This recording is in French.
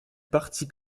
parti